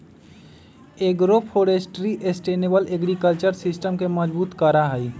agroforestry sustainable agriculture system के मजबूत करा हई